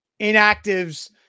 Inactives